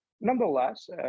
Nonetheless